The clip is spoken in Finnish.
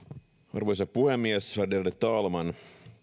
arvoisa puhemies värderade talman